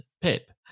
Pip